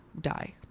die